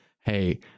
hey